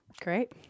Great